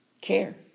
care